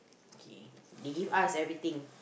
okay they give us everything